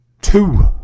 two